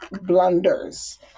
blunders